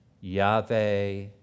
Yahweh